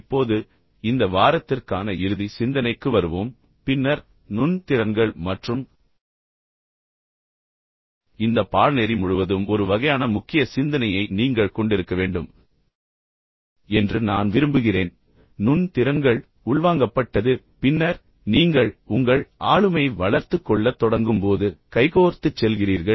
இப்போது இந்த வாரத்திற்கான இறுதி சிந்தனைக்கு வருவோம் பின்னர் நுண் திறன்கள் மற்றும் உங்கள் ஆளுமையை வளர்த்துக்கொள்வது பற்றிய இந்த பாடநெறி முழுவதும் ஒரு வகையான முக்கிய சிந்தனையை நீங்கள் கொண்டிருக்க வேண்டும் என்று நான் விரும்புகிறேன் நுண் திறன்கள் நான் சொன்னது போல் அல்லது உள்வாங்கப்பட்டது பின்னர் நீங்கள் உங்கள் ஆளுமையை வளர்த்துக் கொள்ளத் தொடங்கும்போது கைகோர்த்துச் செல்கிறீர்கள்